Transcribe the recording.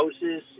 houses